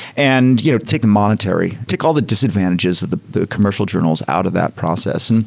and you know take the monetary, take all the disadvantages that the the commercial journals out of that process. and